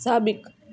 साबिक़ु